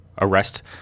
arrest